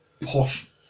posh